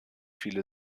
viele